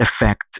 effect